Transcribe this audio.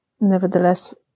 nevertheless